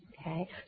Okay